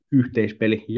yhteispeli